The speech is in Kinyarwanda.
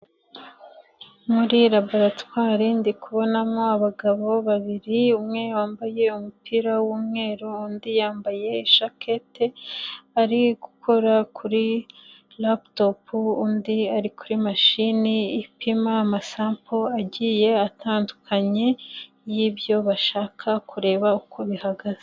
Muri laboratwari ndi kubonamo abagabo babiri, umwe wambaye umupira w'umweru, undi yambaye ishaketi, ari gukora kuri laputopu, undi ari kuri mashini ipima amasampo agiye atandukanye y'ibyo bashaka kureba uko bihagaze.